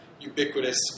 ubiquitous